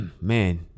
man